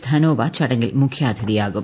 ധനോവ ചടങ്ങിൽ മുഖ്യ അതിഥിയാകും